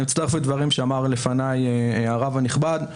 אני מצטרף לדברים שאמר לפניי הרב הנכבד.